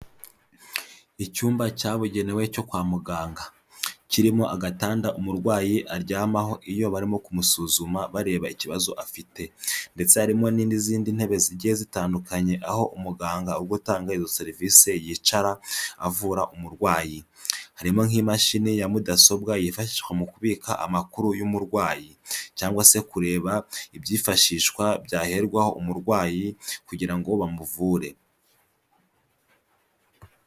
Icyumba cyabugenewe cyo kwa muganga, kirimo agatanda umurwayi aryamaho iyo barimo kumusuzuma bareba ikibazo afite, ndetse harimo n'izindi ntebe zigiye zitandukanye, aho umuganga uri gutanga izo serivisi yicara avura umurwayi, harimo nk'imashini ya mudasobwa yifashwa mu kubika amakuru y'umurwayi, cyangwa se kureba ibyifashishwa byaherwaho umurwayi, kugira ngo bamuvure.